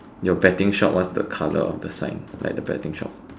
your petting shop what's the colour of the sign like the petting shop